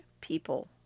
people